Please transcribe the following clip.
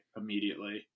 immediately